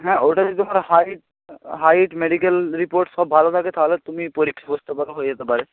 হ্যাঁ ওটাতে তোমার হাইট হাইট মেডিকেল রিপোর্ট সব ভালো থাকে তাহলে তুমি পরীক্ষায় বসতে পারো হয়ে যেতে পারে